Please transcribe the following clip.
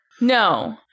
No